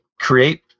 create